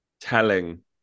telling